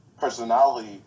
personality